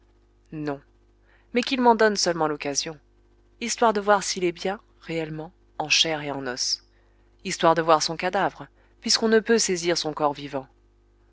non mais qu'il m'en donne seulement l'occasion histoire de voir s'il est bien réellement en chair et en os histoire de voir son cadavre puisqu'on ne peut saisir son corps vivant